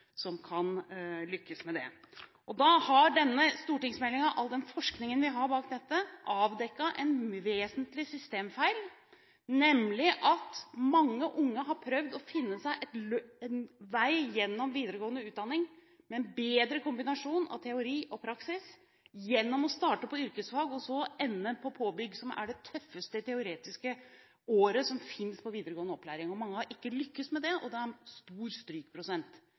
som lykkes med det. Denne stortingsmeldingen, all forskningen vi har på dette området, har avdekket en vesentlig systemfeil, nemlig at mange unge har prøvd å finne seg en vei gjennom videregående utdanning, med en bedre kombinasjon av teori og praksis, gjennom å starte på yrkesfag og så ende på påbygging, som er det tøffeste teoretiske året som finnes på videregående opplæring. Mange har ikke lyktes med det, og det er stor strykprosent.